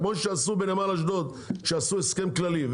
כמו שעשו בנמל אשדוד כשעשו הסכם כללי,